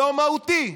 לא מהותי.